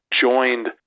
joined